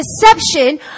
deception